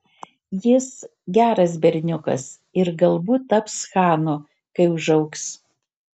jis geras berniukas ir galbūt taps chanu kai užaugs